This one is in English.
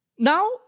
Now